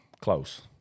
close